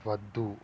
వద్దు